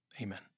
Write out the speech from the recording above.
Amen